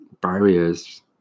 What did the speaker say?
barriers